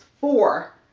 four